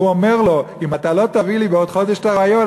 והוא אומר לו: אם אתה לא תביא לי בעוד חודש את הריאיון,